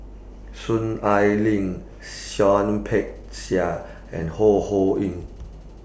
Soon Ai Ling Seah Peck Seah and Ho Ho Ying